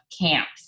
camps